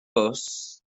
fws